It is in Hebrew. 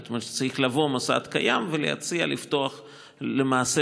זאת אומרת שצריך לבוא מוסד קיים ולהציע לפתוח למעשה